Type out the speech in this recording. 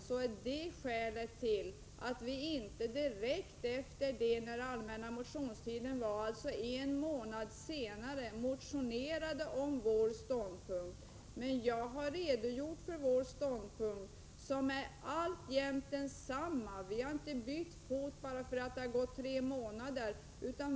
Det är skälet till att vi under allmänna motionstiden i januari inte motionsledes Prot. 1987/88:90 angav vår ståndpunkt. Men jag har redogjort för denna ståndpunkt, som 23 mars 1988 alltjämt är densamma. Vi har inte bytt fot bara därför att det gått tre månader sedan frågan behandlades.